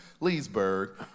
Leesburg